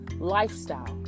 lifestyle